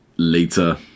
Later